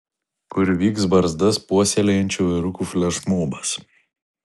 kur vyks barzdas puoselėjančių vyrukų flešmobas